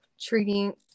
treating